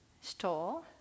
Stole